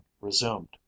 resumed